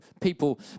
people